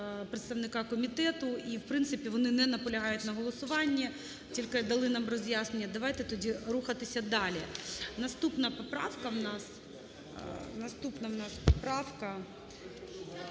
представника комітету, і в принципі вони не наполягають на голосуванні, тільки дали нам роз'яснення. Давайте тоді рухатися далі. Наступна поправка в нас…